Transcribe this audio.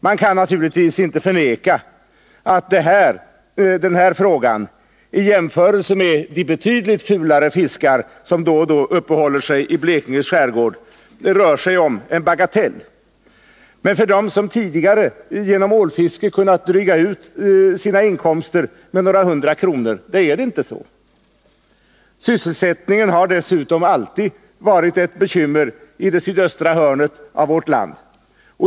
Man kan naturligtvis inte förneka att det här, i jämförelse med de betydligt fulare fiskar som då och då uppehållet sig i Blekinges skärgård, rör sig om en bagatell, men för dem som tidigare genom ålfiske kunnat dryga ut sina inkomster med något hundratal kronor är det inte så. Sysselsättningen har dessutom alltid varit ett bekymmer i det sydöstra hörnet av vårt land.